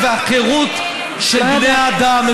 אבל אף אחד לא יודע לתכנן יותר טוב מהחופש והחירות של בני האדם.